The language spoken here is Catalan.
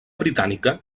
britànica